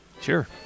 Sure